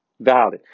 valid